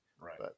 Right